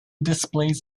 displays